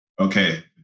Okay